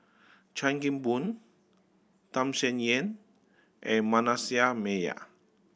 Chan Kim Boon Tham Sien Yen and Manasseh Meyer